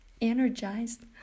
energized